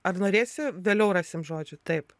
ar norėsi vėliau rasim žodžiu taip